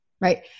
Right